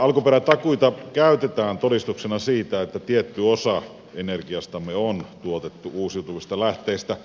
alkuperätakuita käytetään todistuksena siitä että tietty osa energiastamme on tuotettu uusiutuvista lähteistä